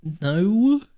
No